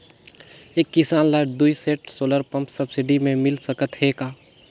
एक किसान ल दुई सेट सोलर पम्प सब्सिडी मे मिल सकत हे का?